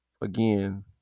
again